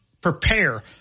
prepare